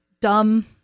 dumb